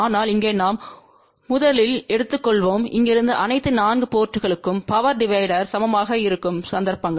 ஆனால் இங்கே நாம் முதலில் எடுத்துக்கொள்வோம் இங்கிருந்து அனைத்து 4 போர்ட்ங்களுக்கும் பவர் டிவைடர்கள் சமமாக இருக்கும் சந்தர்ப்பங்கள்